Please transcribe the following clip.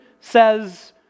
says